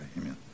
amen